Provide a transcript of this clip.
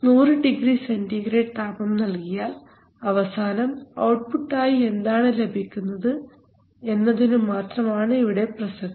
100 degree centigrade താപം നൽകിയാൽ അവസാനം ഔട്ട്പുട്ട് ആയി എന്താണ് ലഭിക്കുന്നത് എന്നതിനു മാത്രമാണ് ഇവിടെ പ്രസക്തി